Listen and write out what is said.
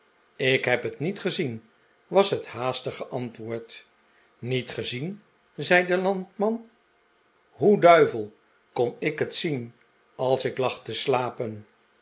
ik heb het niet gezien was het haastige antwoord niet gezien zei de landman hoe duivel kon ik het zien als ik lag te slapen